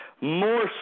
more